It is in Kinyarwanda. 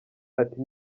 ati